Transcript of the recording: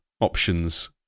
options